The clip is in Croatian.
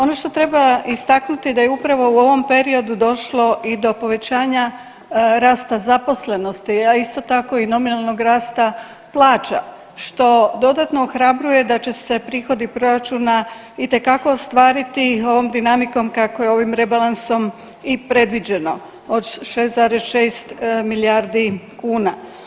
Ono što treba istaknuti da je upravo u ovom periodu došlo i do povećanja rasta zaposlenosti, a isto tako i nominalnog rasta plaća što dodatno ohrabruje da će se prihodi proračuna itekako ostvariti ovom dinamikom kako je ovim rebalansom i predviđeno od 6,6 milijardi kuna.